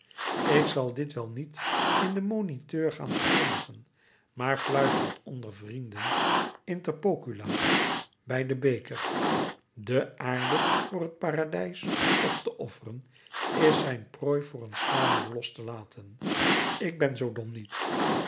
ik zal dit nu wel niet in den moniteur gaan verkondigen maar fluister het onder vrienden inter pocula bij den beker de aarde voor het paradijs op te offeren is zijn prooi voor een schaduw los te laten ik ben zoo dom niet